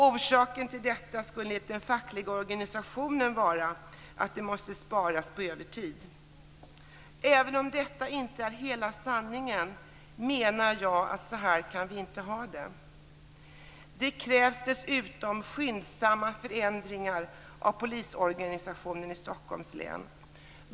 Orsaken till detta skulle enligt den fackliga organisationen vara att det måste sparas på övertid. Även om detta inte är hela sanningen menar jag att vi inte kan ha det så här. Det krävs dessutom skyndsamma förändringar av polisorganisationen i Stockholms län.